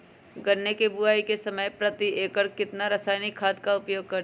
गन्ने की बुवाई के समय प्रति एकड़ कितना रासायनिक खाद का उपयोग करें?